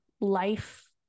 life